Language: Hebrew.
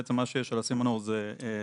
בעצם מה שיש על הסימנור זה הפילמנטים,